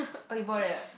oh you bought it